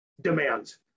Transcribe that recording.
demands